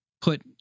put